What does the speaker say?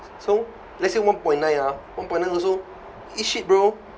so let's say one point nine ah one point nine also eat shit bro